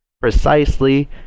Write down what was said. precisely